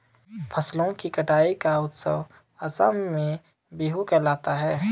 फसलों की कटाई का उत्सव असम में बीहू कहलाता है